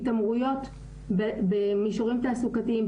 התעמרויות במישורים תעסוקתיים,